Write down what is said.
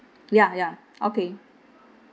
ya ya okay